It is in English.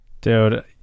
dude